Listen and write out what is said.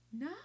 No